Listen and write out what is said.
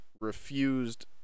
refused